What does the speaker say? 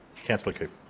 councillor cooper